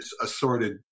assorted